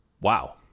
wow